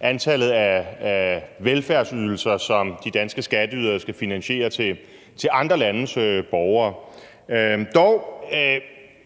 antallet af velfærdsydelser, som de danske skatteydere skal finansiere til andre landes borgere. Dog